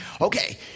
Okay